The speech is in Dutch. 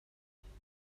hebben